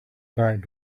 back